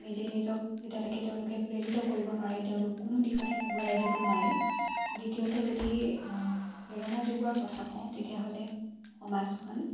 নিজেই নিজক যেতিয়ালৈকে তেওঁলোকে প্ৰেৰিত কৰিব নোৱাৰে তেওঁলোক কোনো দিশতে আগুৱাই আহিব নোৱাৰে দ্বিতীয়তে যদি প্ৰেৰণা যোগোৱাৰ কথা কওঁ তেতিয়াহ'লে সমাজখন